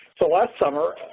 so last summer,